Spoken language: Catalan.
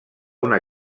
una